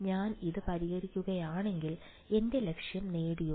ഞാൻ ഇത് പരിഹരിക്കുകയാണെങ്കിൽ എന്റെ ലക്ഷ്യം നേടിയോ